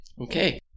Okay